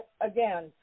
again